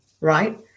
right